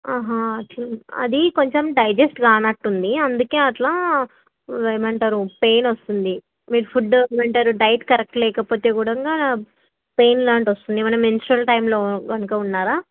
అచ్ఛా అది కొంచెం డైజెస్ట్ కానట్టుంది అందుకే అలా ఏమంటారు పెయిన్ వస్తుంది మీరు ఫుడ్డు ఏమంటారు డైట్ కరెక్ట్ లేకపోతే కూడా పెయిన్ లాంటిది వస్తుంది ఏమైనా మెన్స్ట్రల్ టైమ్లో కనక ఉన్నారా